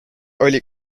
oli